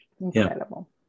Incredible